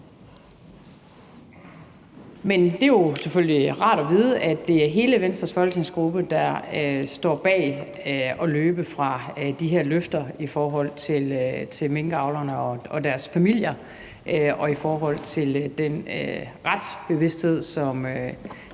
Det er selvfølgelig rart at vide, at det er hele Venstres folketingsgruppe, der står bag at løbe fra de her løfter i forhold til minkavlerne og deres familier og i forhold til den retsbevidsthed, som